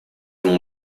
and